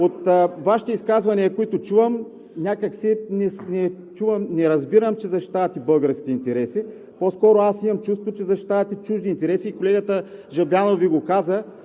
От Вашите изказвания, които чувам, не разбирам, че защитавате български интереси. По-скоро имам чувството, че защитавате чужди интереси. И колегата Жаблянов Ви каза,